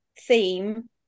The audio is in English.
theme